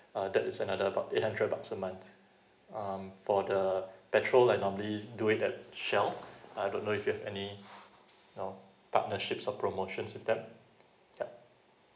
uh that is another about eight hundred bucks a month um for the petrol like normally going to shell I don't know if you have any you know partnerships or promotions with them yup